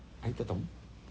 I tak tahu